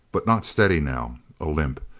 but not steady now. a limp.